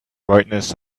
brightness